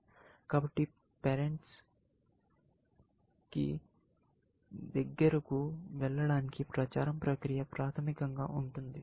కాబట్టి పేరెంట్స్కీ దెగరుకు వెళ్ళడానికి ప్రచారం ప్రక్రియ ప్రాథమికంగా ఉంటుంది